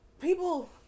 People